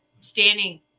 standing